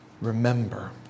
remember